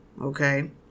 okay